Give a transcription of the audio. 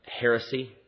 heresy